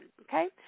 okay